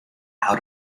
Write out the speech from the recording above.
out